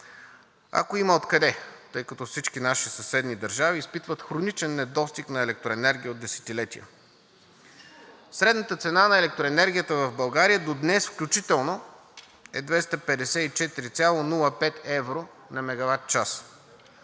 Ако има откъде, тъй като всички наши съседни държави изпитват хроничен недостиг на електроенергия от десетилетия. Средната цена на електроенергията в България до днес включително е 254,05 евро на мегаватчас.